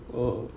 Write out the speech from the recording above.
oh